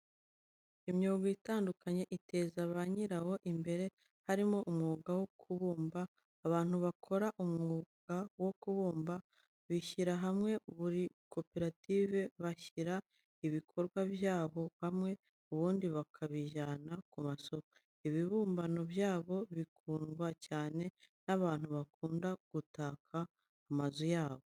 Imyuga itandukanye iteza ba nyirawo imbere, harimo umwuga wo kubumba. Abantu bakora umwuka wo kubumba bishyira hamwe muri za koperative, bashyira ibikorwa byabo hamwe ubundi bakabijyana ku ma soko. Ibibumbano byabo bikundwa cyane n'abantu bakunda gutaka amazu yabo.